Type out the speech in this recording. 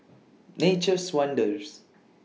Nature's Wonders